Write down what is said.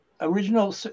original